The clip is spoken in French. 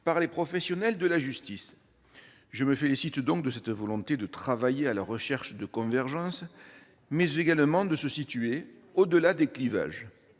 par les professionnels de la justice. Je me félicite donc de cette volonté de travailler à la recherche de convergences, mais également de se situer au-delà des clivages.